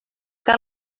que